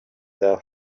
their